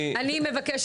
אני --- אני מבקשת,